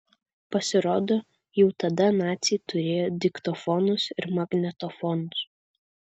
pasirodo jau tada naciai turėjo diktofonus ir magnetofonus